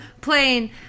playing